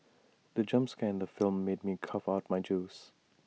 the jump scare in the film made me cough out my juice